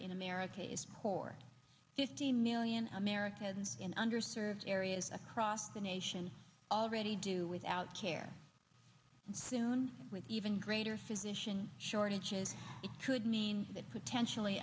in america is poor fifty million americans in under served areas across the nation already do without care and soon with even greater physicians shortages it could mean that potentially